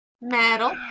Metal